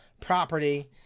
property